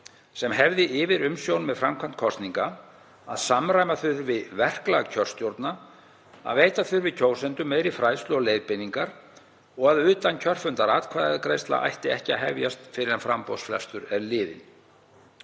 sem hefði yfirumsjón með framkvæmd kosninga, að samræma þurfi verklag kjörstjórna, að veita þurfi kjósendum meiri fræðslu og leiðbeiningar og að utankjörfundaratkvæðagreiðsla ætti ekki að hefjast fyrr en framboðsfrestur er liðinn.